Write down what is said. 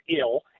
ill